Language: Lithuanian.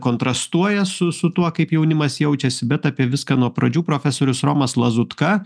kontrastuoja su su tuo kaip jaunimas jaučiasi bet apie viską nuo pradžių profesorius romas lazutka